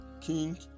King